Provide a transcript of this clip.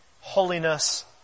holiness